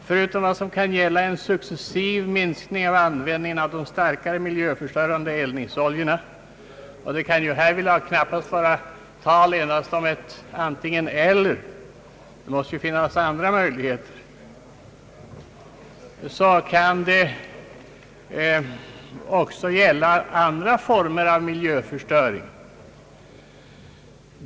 Förutom en successiv minskning av de starkare miljöförstörande eldningsoljornas användning — det kan härvid knappast vara tal endast om ett antingen—eller, utan det måste ju finnas andra möjligheter — kan det också gälla andra former av miljöförstöring.